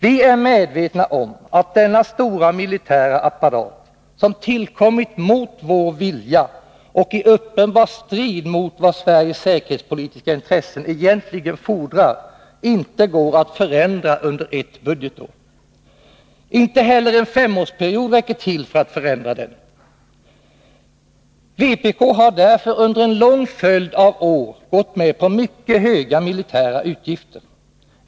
Vi är medvetna om att denna stora militära apparat, som tillkommit mot vår vilja och i uppenbar strid mot vad Sveriges säkerhetspolitiska intressen egentligen fordrar, inte går att förändra under ett budgetår. Inte heller en femårsperiod räcker till för att förändra den. Vpk har därför under en lång följd av år gått med på mycket höga militära utgifter.